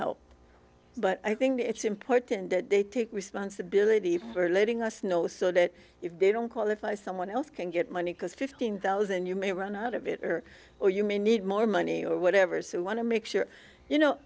help but i think it's important that they take responsibility for letting us know so that if they don't qualify someone else can get money because fifteen thousand you may run out of it or or you may need more money or whatever so you want to make sure you know